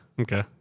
Okay